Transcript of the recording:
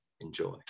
Enjoy